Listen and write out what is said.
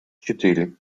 четыре